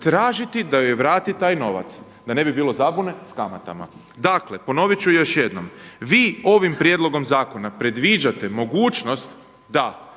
tražiti da joj vrati taj novac. Da ne bi bilo zabune, s kamatama. Dakle, ponovit ću još jednom. Vi ovim prijedlogom zakona predviđate mogućnost da